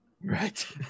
Right